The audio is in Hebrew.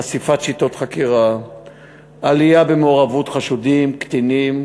חשיפת שיטות חקירה ועלייה במעורבות חשודים קטינים,